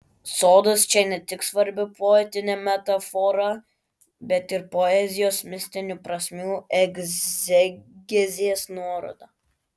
sodas čia ne tik svarbi poetinė metafora bet ir poezijos mistinių prasmių egzegezės nuoroda